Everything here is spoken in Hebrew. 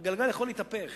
הגלגל יכול להתהפך,